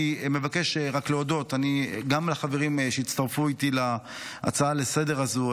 אני מבקש רק להודות גם לחברים שהצטרפו אליי להצעה לסדר-היום הזו: